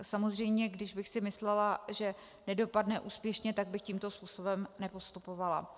Samozřejmě, kdybych si myslela, že nedopadne úspěšně, tak bych tímto způsobem nepostupovala.